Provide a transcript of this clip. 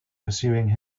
pursuing